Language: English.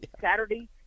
Saturday